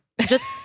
Just-